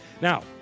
Now